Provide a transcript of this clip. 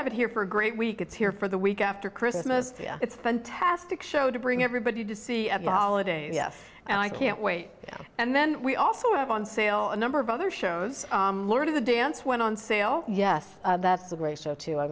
have it here for a great week it's here for the week after christmas it's fantastic show to bring everybody to see at the holiday yes and i can't wait and then we also have on sale a number of other shows lord of the dance went on sale yes that's the way show too i